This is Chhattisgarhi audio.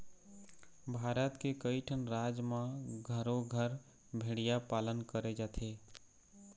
भारत के कइठन राज म घरो घर भेड़िया पालन करे जाथे